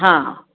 हां